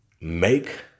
make